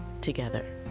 together